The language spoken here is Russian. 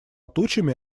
тучами